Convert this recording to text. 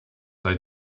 they